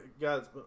guys